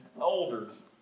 elders